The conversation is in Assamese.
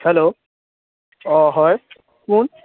হেল্ল' অঁ হয় কোন